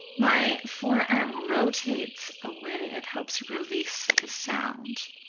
my forearm rotates away it helps release the sound.